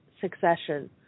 succession